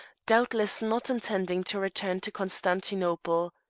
doubtless not intending to return to constantinople.